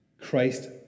Christ